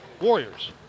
Warriors